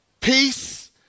Peace